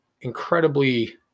incredibly